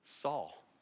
Saul